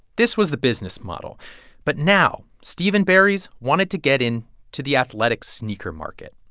this was the business model but now steve and barry's wanted to get in to the athletic sneaker market.